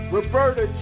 Roberta